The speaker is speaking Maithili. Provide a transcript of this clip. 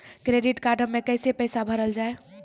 क्रेडिट कार्ड हम्मे कैसे पैसा भरल जाए?